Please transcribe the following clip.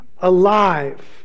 alive